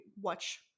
watch